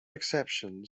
exception